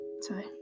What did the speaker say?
Sorry